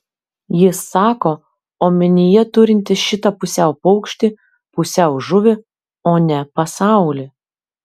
jis sako omenyje turintis šitą pusiau paukštį pusiau žuvį o ne pasaulį